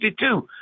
52